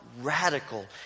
radical